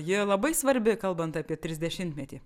ji labai svarbi kalbant apie trisdešimtmetį